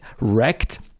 wrecked